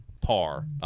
par